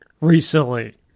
Recently